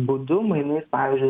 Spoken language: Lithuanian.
būdu mainais pavyzdžiui